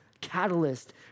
catalyst